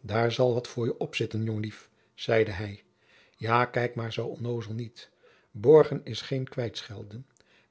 daar zal wat voor je opzitten jongelief zeide hij ja kijk maar zoo onnoozel niet borgen is geen kwijtschelden